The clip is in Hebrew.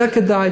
כי זה היה כדאי.